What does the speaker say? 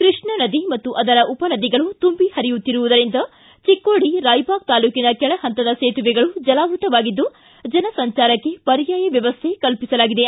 ಕೃಷ್ಣಾ ನದಿ ಹಾಗೂ ಅದರ ಉಪ ನದಿಗಳು ತುಂಬಿ ಹರಿಯುತ್ತಿರುವುದರಿಂದ ಚಿಕ್ಕೋಡಿ ರಾಯಬಾಗ ತಾಲೂಕಿನ ಕೆಳಹಂತದ ಸೇತುವೆಗಳು ಜಲಾವೃತ್ತವಾಗಿದ್ದು ಜನ ಸಂಚಾರಕ್ಕೆ ಪರ್ಯಾಯ ವ್ಯವಸ್ಥೆ ಕಲ್ಪಿಸಲಾಗಿದೆ